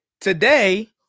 Today